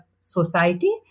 society